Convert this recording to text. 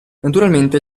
naturalmente